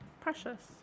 Precious